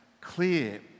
clear